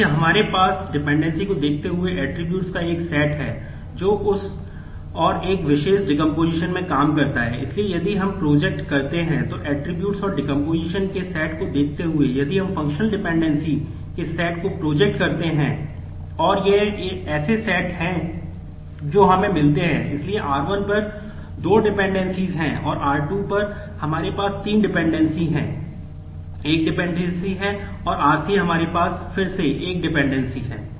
इसलिए यहां हमारे पास डिपेंडेंसी है